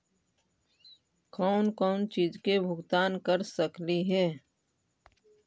कौन कौन चिज के भुगतान कर सकली हे?